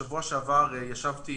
בשבוע שעבר ישבתי